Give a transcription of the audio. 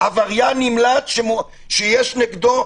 עבריין נמלט שיש נגדו,